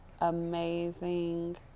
amazing